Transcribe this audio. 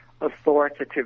authoritative